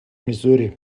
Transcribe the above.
missouri